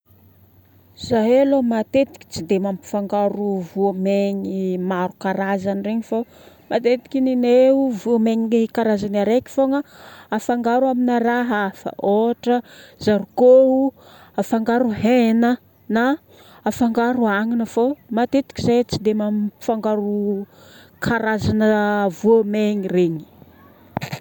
Zahay aloha matetiky tsy dia mampifangaro voamaigny maro karazagny regny fô matetiky ny anay ao voamainy le karazagny araiky fogna afangaro amina raha hafa. Ohatra, zarikô afangaro hena na afangaro agnana fe matetiky izahay tsy dia magnafangaro karazagna voamainy regny.